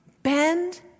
Bend